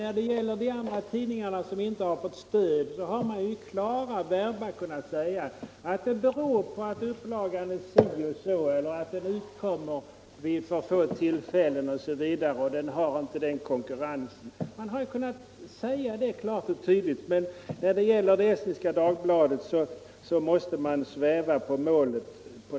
När det gäller andratidningar som inte har fått stöd har man i klara verba kunnat säga, att det beror på att upplagan inte är tillräckligt stor, att tidningen utkommer vid för få tillfällen eller att den inte har stipulerad konkurrens. Man har slagit fast det klart och tydligt, men när det gäller Estniska Dagbladet måste man sväva på målet.